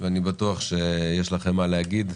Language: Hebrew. אני בטוח שיש לכם מה להגיד.